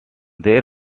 there